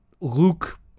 Luke